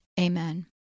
Amen